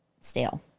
stale